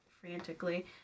frantically